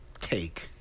take